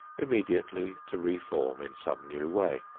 immediately to re-form in some new way.